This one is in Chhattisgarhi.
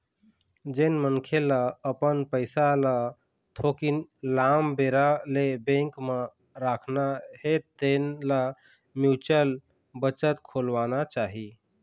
जेन मनखे ल अपन पइसा ल थोकिन लाम बेरा ले बेंक म राखना हे तेन ल म्युचुअल बचत खोलवाना चाही